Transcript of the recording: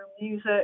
music